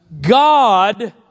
God